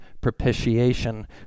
propitiation